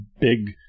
big